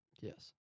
Yes